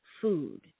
food